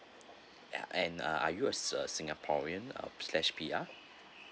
ya and uh are you a is a singaporean uh slash P_R